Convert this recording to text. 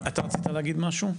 אתה רצית להגיד משהו?